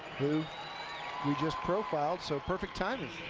who we just profiled so perfect timing.